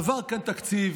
עבר כאן תקציב.